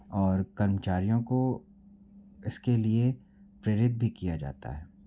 और कर्मचारियों को इसके लिए प्रेरित भी किया जाता है